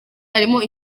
harimo